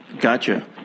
Gotcha